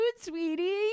sweetie